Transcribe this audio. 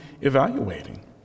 evaluating